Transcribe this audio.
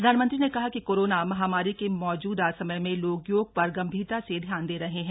प्रधानमंत्री ने कहा कि कोरोना महामारी के मौजूदा समय में लोग योग पर गंभीरता से ध्यान दे रहे हैं